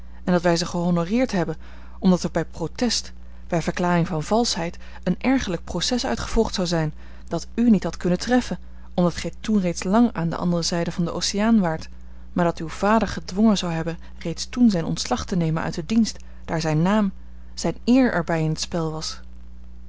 en dat wij ze gehonoreerd hebben omdat er bij protest bij verklaring van valschheid een ergerlijk proces uit gevolgd zou zijn dat u niet had kunnen treffen omdat gij toen reeds lang aan de andre zijde van den oceaan waart maar dat uw vader gedwongen zou hebben reeds toen zijn ontslag te nemen uit den dienst daar zijn naam zijn eer er bij in t spel was